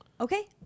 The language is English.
okay